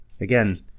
Again